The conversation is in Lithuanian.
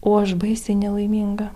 o aš baisiai nelaiminga